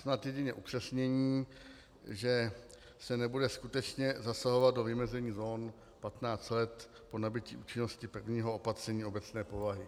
Snad jedině upřesnění, že se nebude skutečně zasahovat do vymezení zón 15 let po nabytí účinnosti prvního opatření obecné povahy.